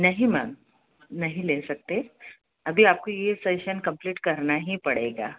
नहीं मैम नहीं ले सकते अभी आपको यह सेशन कंप्लीट करना ही पड़ेगा